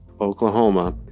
Oklahoma